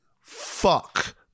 fuck